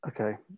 okay